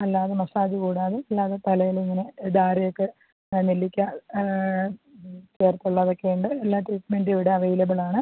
അല്ലാതെ മസാജ് കൂടാതെ അല്ലാതെ തലേലിങ്ങനെ ധാരയൊക്കെ ആ നെല്ലിക്ക ഇത് ചേർത്തുള്ള അതൊക്കെയുണ്ട് എല്ലാ ട്രീറ്റ്മെൻറ്റും ഇവിടെ അവൈലബിളാണ്